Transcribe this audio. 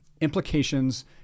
implications